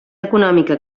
econòmica